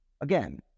again